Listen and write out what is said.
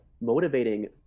motivating